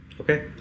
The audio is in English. Okay